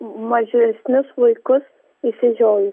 mažesnius vaikus išsižiojus